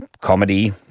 comedy